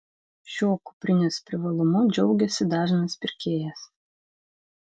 šiuo kuprinės privalumu džiaugiasi dažnas pirkėjas